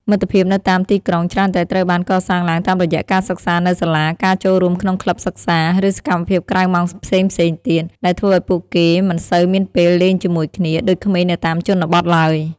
មិត្តភាពនៅតាមទីក្រុងច្រើនតែត្រូវបានកសាងឡើងតាមរយៈការសិក្សានៅសាលា ការចូលរួមក្នុងក្លឹបសិក្សា ឬសកម្មភាពក្រៅម៉ោងផ្សេងៗទៀត ដែលធ្វើឲ្យពួកគេមិនសូវមានពេលលេងជាមួយគ្នាដូចក្មេងនៅតាមជនបទឡើយ។